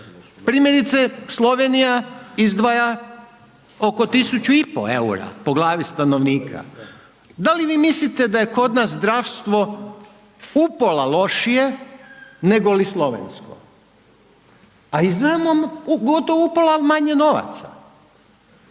Primjerice Slovenija izdvaja oko 1.500 EUR-a po glavi stanovnika, da li vi mislite da je kod nas zdravstvo upola lošije nego li Slovensko, a izdvajamo gotovo upola manje novaca.